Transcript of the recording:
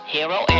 Hero